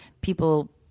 people